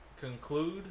conclude